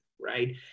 right